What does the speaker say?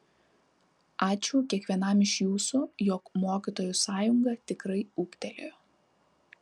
ačiū kiekvienam iš jūsų jog mokytojų sąjunga tikrai ūgtelėjo